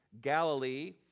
galilee